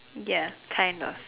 ya kind of